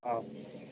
औ